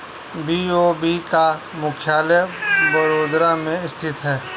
BOB का मुख्यालय बड़ोदरा में स्थित है